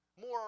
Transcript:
more